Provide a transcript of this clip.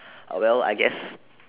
well I guess